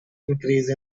increase